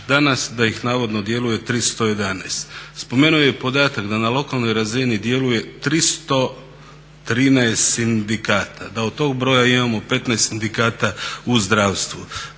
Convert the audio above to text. danas da ih navodno djeluje 311. Spomenuo je podatak da na lokalnoj razini djeluje 313 sindikata, da od toga broja imamo 15 sindikata u zdravstvu.